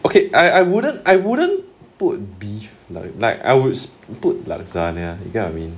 okay I I wouldn't I wouldn't put beef like like I would put lasagna you get what I mean